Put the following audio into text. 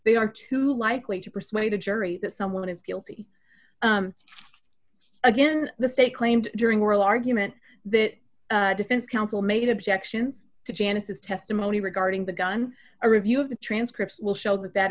they are too likely to persuade a jury that someone is guilty again the state claimed during oral argument that defense counsel made objections to janice's testimony regarding the gun a review of the transcripts will show that that